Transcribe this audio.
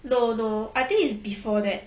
no no I think is before that